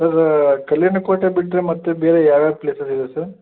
ಸರ ಕಲ್ಲಿನ ಕೋಟೆ ಬಿಟ್ಟರೆ ಮತ್ತೆ ಬೇರೆ ಯಾವ ಯಾವ ಪ್ಲೇಸಸ್ ಇದೆ ಸರ್